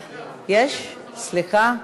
נוכח, נוכח,